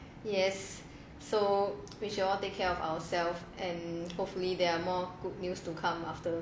yes so which we should all take care of ourselves and hopefully there are more good news to come after